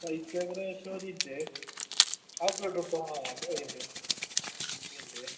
പൈസ ഏകദേശം ഒരു മിനിറ്റെ ഹാഫ് കൊടുത്തോ ഒരു മിനിറ്റ് ഒരു മിനിറ്റെ